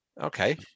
okay